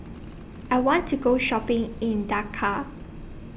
I want to Go Shopping in Dhaka